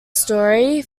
story